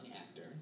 actor